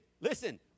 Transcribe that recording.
listen